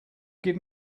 give